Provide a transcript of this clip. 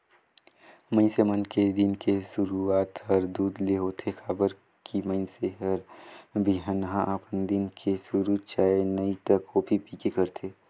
मइनसे मन के दिन के सुरूआत हर दूद ले होथे काबर की मइनसे हर बिहनहा अपन दिन के सुरू चाय नइ त कॉफी पीके करथे